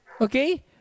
Okay